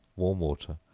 warm water,